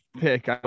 pick